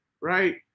right